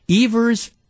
Evers